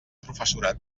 professorat